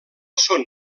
són